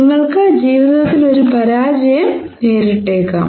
നിങ്ങൾക്ക് ജീവിതത്തിൽ ഒരു പരാജയം ആകാം